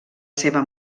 seva